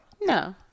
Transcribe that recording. No